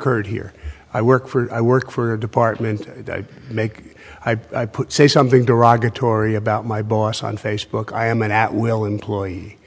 occurred here i work for i work for department i make i put say something derogatory about my boss on facebook i am an at will employee